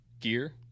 gear